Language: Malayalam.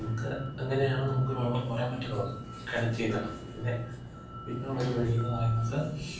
നമുക്ക് അങ്ങനെയാണ് നമുക്ക് വെള്ളം കോരാൻ പറ്റുന്നത് കിണറ്റിൽ നിന്ന് പിന്നെ പിന്നെയുള്ള ഒരു വഴി എന്നു പറയുന്നത്